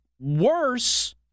worse